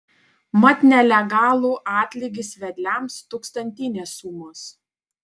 mat nelegalų atlygis vedliams tūkstantinės sumos